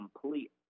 complete